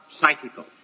psychical